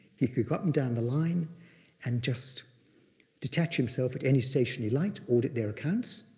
he could go up and down the line and just detach himself at any station he liked, audit their accounts,